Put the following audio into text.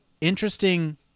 interesting